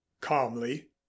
calmly